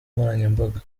nkoranyambaga